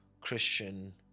Christian